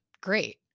Great